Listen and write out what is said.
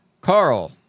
Carl